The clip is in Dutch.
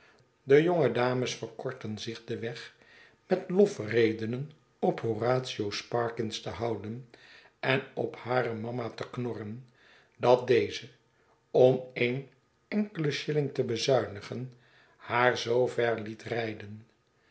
de jonge dames verkortten zich den weg met lofredenen op horatio sparkins te houden en op hare mama te knorren dat deze om een enkelen shilling te bezuinigen haar zoo ver liet rijden